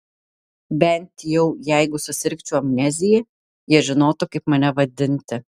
bent jau jeigu susirgčiau amnezija jie žinotų kaip mane vadinti